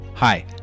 Hi